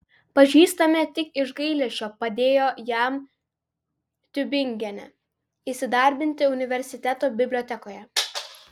pažįstami tik iš gailesčio padėjo jam tiubingene įsidarbinti universiteto bibliotekoje